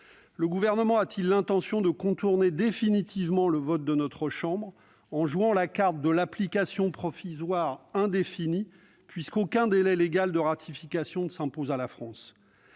Le Gouvernement a-t-il l'intention de contourner définitivement le vote de notre chambre en jouant la carte de l'application provisoire indéfinie, puisque aucun délai légal de ratification ne s'impose à la France ?